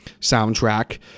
soundtrack